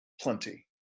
plenty